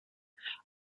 have